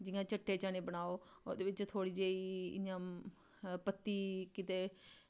जि'यां चिट्टे चने बनाओ ओह्दे च थोह्ड़ी जेही पत्ती ते